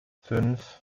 fünf